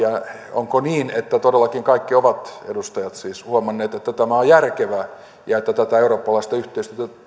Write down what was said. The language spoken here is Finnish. onko niin että todellakin kaikki edustajat ovat huomanneet että tämä on järkevää ja että tätä eurooppalaista yhteistyötä